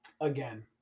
again